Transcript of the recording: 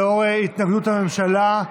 לנוכח התנגדות הממשלה,